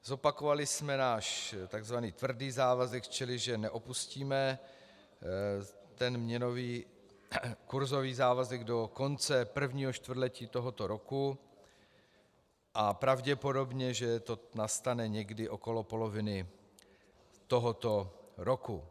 Zopakovali jsme náš takzvaný tvrdý závazek, čili že neopustíme ten měnový kurzový závazek do konce prvního čtvrtletí tohoto roku, a pravděpodobně to nastane někdy okolo poloviny tohoto roku.